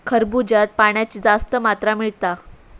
खरबूज्यात पाण्याची जास्त मात्रा मिळता